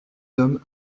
hommes